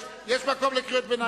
יש מקום לקריאות ביניים.